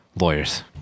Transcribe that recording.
lawyers